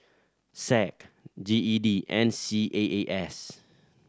SAC G E D and C A A S